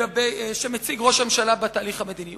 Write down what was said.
שמציג ראש הממשלה בתהליך המדיני?